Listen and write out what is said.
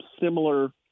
similar